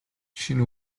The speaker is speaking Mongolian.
шинэ